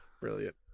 brilliant